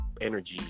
energy